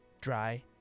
Dry